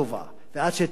ועד שטורקיה,